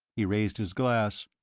he raised his glass,